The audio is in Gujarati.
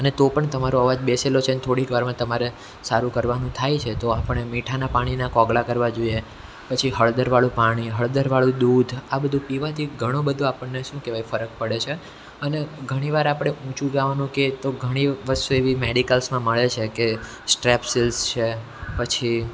અને તો પણ તમારો અવાજ બેસેલો છે ને થોડીક વારમાં તમારે સારું કરવાનું થાય છે તો આપણે મીઠાનાં પાણીના કોગળા કરવા જોઈએ પછી હળદરવાળું પાણી હળદરવાળું દૂધ આ બધુ પીવાથી ઘણો બધો આપણને શું કહેવાય ફરક પડે છે અને ઘણીવાર આપણે ઊંચું ગાવાનું કહે તો ઘણી વસ્તુ એવી મેડિકલ્સમાં મળે છે કે સ્ટ્રેપસીલસ છે પછી